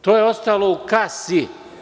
To je ostalo u kasi.